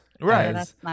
Right